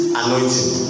anointing